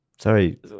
Sorry